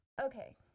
Okay